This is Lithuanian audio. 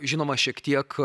žinoma šiek tiek